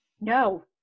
No